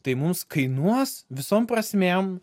tai mums kainuos visom prasmėm